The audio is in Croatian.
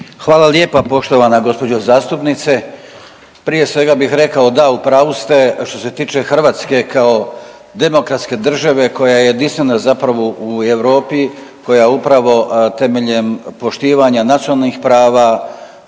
Hvala lijepa poštovana gospođo zastupnice. Prije svega bih rekao da u pravu ste što se tiče Hrvatske kao demokratske države koja je jedinstvena zapravo u Europi, koja upravo temeljem poštivanja nacionalnih prava,